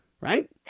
right